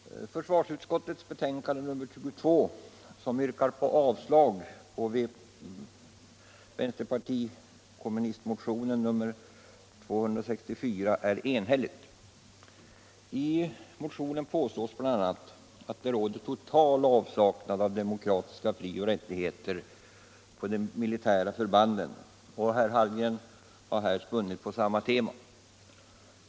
Herr talman! Försvarsutskottets betänkande nr 22, vari yrkas avslag på vänsterpartiets kommunisternas motion 264, är enhälligt. I motionen påstås bl.a. att det råder total avsaknad av demokratiska frioch rättigheter på de militära förbanden. Herr Hallgren har här spunnit på samma tema.